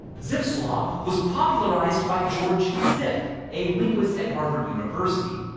zipf's law was popularized by george zipf, a linguist at harvard university.